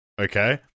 Okay